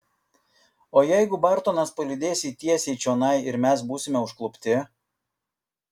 o jeigu bartonas palydės jį tiesiai čionai ir mes būsime užklupti